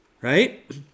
right